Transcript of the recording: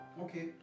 Okay